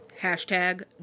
hashtag